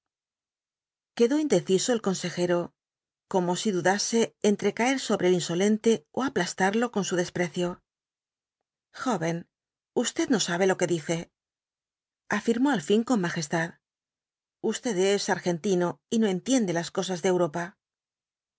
quedó indeciso el consejero como si dudase entre caer sobre el insolente ó aplastarlo con su desprecio joven usted no sabe lo que dice afirmó al fin con majestad usted es argentino y no entiende las cosas de europa